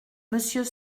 monsieur